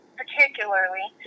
particularly